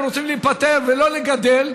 הם רוצים להיפטר ולא לגדל,